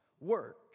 work